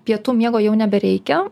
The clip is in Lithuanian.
pietų miego jau nebereikia